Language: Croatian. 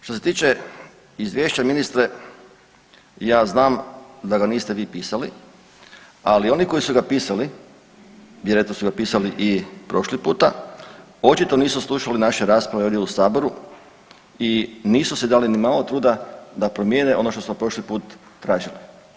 Što se tiče izvješća ministre ja znam da ga niste vi pisali, ali oni koji su ga pisali, vjerojatno su ga pisali i prošli puta, očito nisu slušali naše rasprave ovdje u saboru i nisu si dali nimalo truda da promijene ono što smo prošli put tražili.